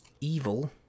Evil